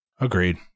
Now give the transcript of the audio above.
Agreed